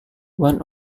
one